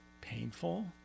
painful